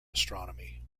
astronomy